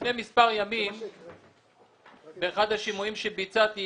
לפני מספר ימים באחד השימועים שביצעתי